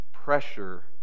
pressure